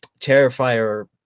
Terrifier